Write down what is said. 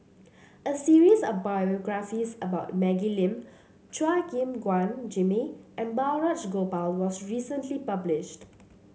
a series of biographies about Maggie Lim Chua Gim Guan Jimmy and Balraj Gopal was recently published